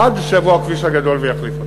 עד שיבוא הכביש הגדול ויחליף אותו.